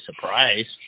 surprised